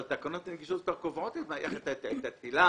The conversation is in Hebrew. אבל תקנות הנגישות כבר קובעות איך לעשות.